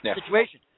situation